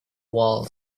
walls